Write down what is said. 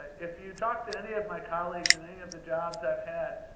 if you talk to any of my colleagues, in any of the jobs i've had,